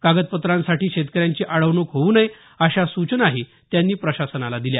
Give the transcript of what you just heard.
कागदपत्रांसाठी शेतकऱ्यांची अडवणूक होऊ नये अशा सूचना त्यांनी प्रशासनाला केल्या